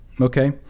okay